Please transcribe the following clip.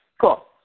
Cool